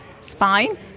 spine